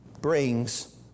brings